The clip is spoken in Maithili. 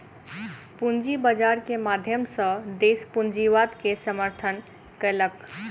पूंजी बाजार के माध्यम सॅ देस पूंजीवाद के समर्थन केलक